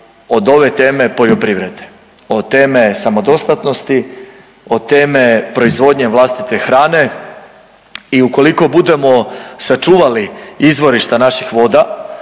od ove teme poljoprivrede. Od teme samodostatnosti, od teme proizvodnje vlastite hrane i ukoliko budemo sačuvali izvorišta naših voda,